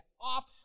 off